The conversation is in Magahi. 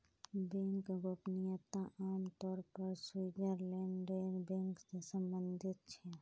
बैंक गोपनीयता आम तौर पर स्विटज़रलैंडेर बैंक से सम्बंधित छे